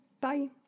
bye